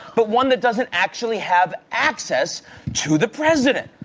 but one that doesn't actually have access to the president,